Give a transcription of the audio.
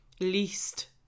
least